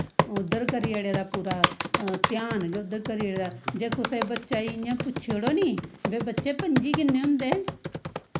उध्दर करी ओड़े दा पूरा ध्यान गै उध्दर करी ओड़े दा जां कुसै बच्चे ई इयां पुच्छी ओड़ो नी बै बच्चे पं'ज्जी किन्ने होंदे